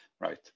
right